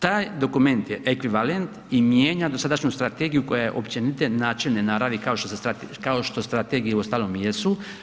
Taj dokument je ekvivalent i mijenja dosadašnju strategiju koja je općenite načelne naravi kao što strategije uostalom i jesu.